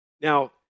Now